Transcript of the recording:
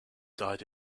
died